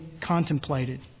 contemplated